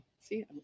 see